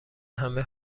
همه